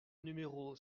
numéro